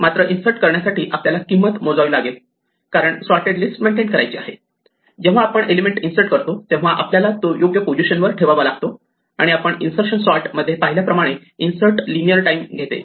मात्र इन्सर्ट करण्यासाठी आपल्याला किंमत मोजावी लागेल कारण सॉर्टेड ऑर्डर मेंटेन करायची आहे जेव्हा आपण एलिमेंट इन्सर्ट करतो तेव्हा आपल्याला तो योग्य पोझिशनवर ठेवावा लागतो आणि आपण इन्सर्शन सॉर्ट मध्ये पाहिल्याप्रमाणे इन्सर्ट लिनियर टाईम घेते